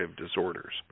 disorders